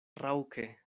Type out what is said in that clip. raŭke